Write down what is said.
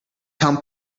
come